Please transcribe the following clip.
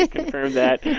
ah confirmed that.